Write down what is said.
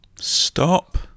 Stop